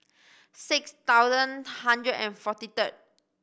six thousand hundred and forty third